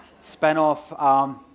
spin-off